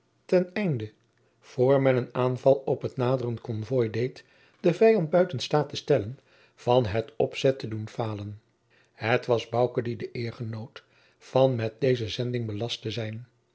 ten einde voor men een aanval op het naderend konvooi deed de vijanden buiten staat te stellen van het opzet te doen falen het was bouke die de eer genoot van met deze zending belast te zijn